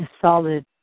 solid